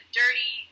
dirty